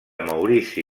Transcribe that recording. maurici